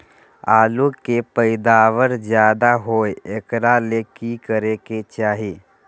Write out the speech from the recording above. आलु के पैदावार ज्यादा होय एकरा ले की करे के चाही?